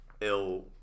ill